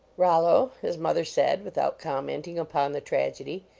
rollo, his mother said, without com menting upon the tragedy,